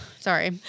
Sorry